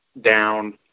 down